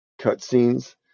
cutscenes